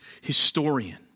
historian